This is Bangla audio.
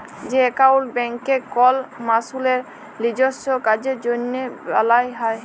যে একাউল্ট ব্যাংকে কল মালুসের লিজস্য কাজের জ্যনহে বালাল হ্যয়